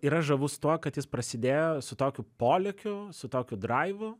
yra žavus tuo kad jis prasidėjo su tokiu polėkiu su tokiu draivu